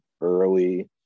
early